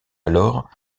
alors